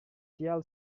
jill